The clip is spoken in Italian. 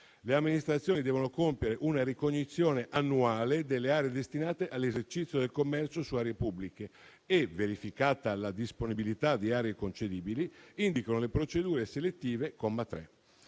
Le amministrazioni devono compiere una ricognizione annuale delle aree destinate all'esercizio del commercio su aree pubbliche e, verificata la disponibilità di aree concedibili, indicano le procedure selettive (comma 3).